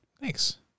Thanks